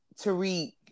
Tariq